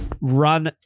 Run